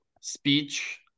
speech